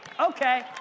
Okay